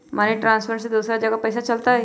Money transfer से दूसरा जगह पईसा चलतई?